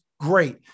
Great